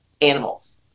animals